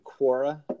Quora